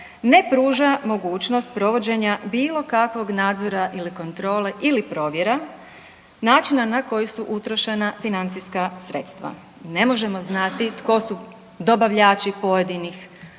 ne pruža mogućnost provođenja bilo kakvog nadzora ili kontrole ili provjera načina na koji su utrošena financijska sredstva, ne možemo znati tko su dobavljači pojedinih